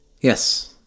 Yes